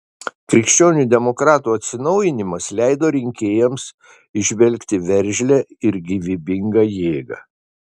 krikščionių demokratų atsinaujinimas leido rinkėjams įžvelgti veržlią ir gyvybingą jėgą